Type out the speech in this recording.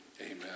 amen